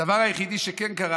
הדבר היחידי שכן קרה,